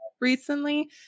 Recently